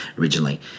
originally